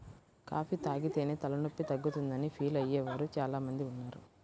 coffee తాగితేనే తలనొప్పి తగ్గుతుందని ఫీల్ అయ్యే వారు చాలా మంది ఉన్నారు